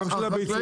גם של הביצים,